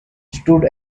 stood